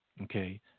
okay